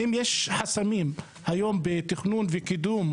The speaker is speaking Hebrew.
אם יש חסמים היום בתכנון וקידום,